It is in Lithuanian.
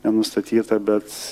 nenustatyta bet